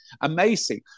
amazing